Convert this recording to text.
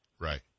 right